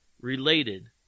related